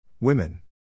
Women